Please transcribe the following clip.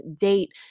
date